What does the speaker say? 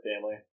family